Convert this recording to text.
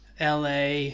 la